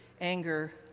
anger